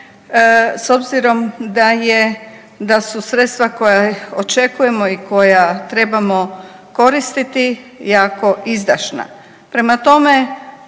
s obzirom da je, da su sredstva koja očekujemo i koja trebamo koristiti jako izdašna. Prema tome,